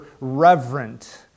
reverent